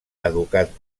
educat